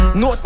no